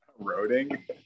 Eroding